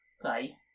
play